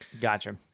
gotcha